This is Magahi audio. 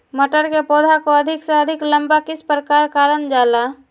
मटर के पौधा को अधिक से अधिक लंबा किस प्रकार कारण जाला?